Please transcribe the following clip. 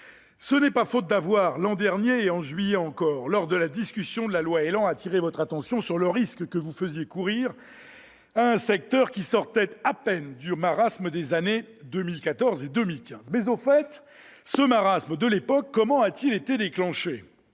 Ce n'est pas faute d'avoir, l'an dernier et en juillet encore, lors de la discussion de la loi ÉLAN, attiré votre attention sur le risque que vous faisiez courir à un secteur qui sortait à peine du marasme des années 2014 et 2015. Mais au fait, comment ce marasme a-t-il été déclenché à